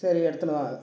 சரி எடுத்துன்னு வா